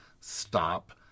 stop